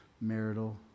marital